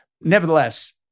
nevertheless